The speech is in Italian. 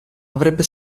avrebbe